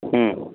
હા